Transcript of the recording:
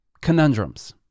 conundrums